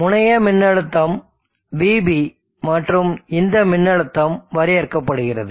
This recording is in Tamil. முனைய மின்னழுத்தம் Vb மற்றும் இந்த மின்னழுத்தம் வரையறுக்கப்படுகிறது